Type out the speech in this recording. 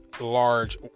large